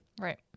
Right